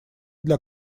для